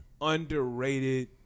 Underrated